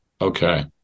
Okay